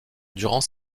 durant